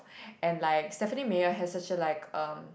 and like Stephenie-Meyer has a session like um